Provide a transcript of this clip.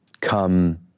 come